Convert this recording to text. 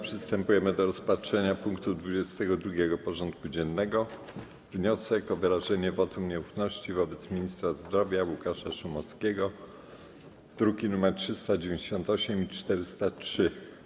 Przystępujemy do rozpatrzenia punktu 22. porządku dziennego: Wniosek o wyrażenie wotum nieufności wobec Ministra Zdrowia Łukasza Szumowskiego (druki nr 398 i 403)